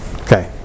Okay